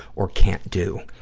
or can't do.